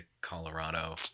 Colorado